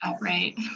right